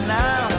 now